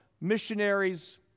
missionaries